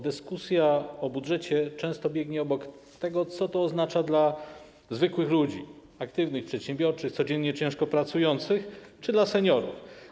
Dyskusja o budżecie często biegnie obok tego, co to oznacza dla zwykłych ludzi, aktywnych, przedsiębiorczych, codziennie ciężko pracujących, czy dla seniorów.